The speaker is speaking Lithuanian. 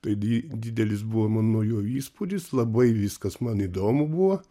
tai di didelis buvo man nuo jo įspūdis labai viskas man įdomu buvo